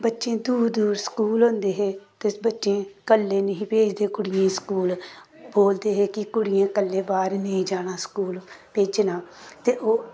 बच्चें दूर दूर स्कूल होंदे हे ते बच्चें कल्ले निं हे भेजदे कुड़ियें गी स्कूल बोलदे हे कि कुड़ियें कल्ले बाह्र नेईं जाना स्कूल भेजना ते ओह्